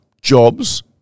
jobs